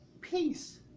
peace